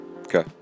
okay